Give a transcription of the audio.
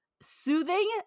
soothing